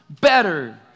better